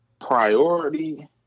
priority